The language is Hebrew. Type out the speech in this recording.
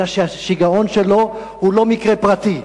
אלא שהשיגעון שלו הוא לא מקרה פרטי.